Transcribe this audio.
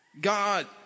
God